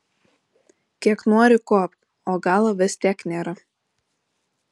kiek nori kuopk o galo vis tiek nėra